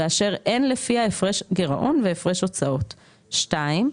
ואשר אין לפיה הפרש גירעון והפרש הוצאות; (2)